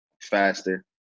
faster